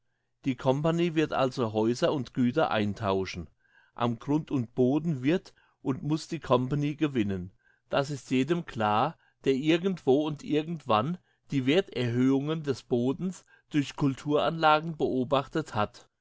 die company wird also häuser und güter eintauschen am grund und boden wird und muss die company gewinnen das ist jedem klar der irgendwo und irgendwann die wertherhöhungen des bodens durch culturanlagen beobachtet hat